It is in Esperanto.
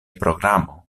programo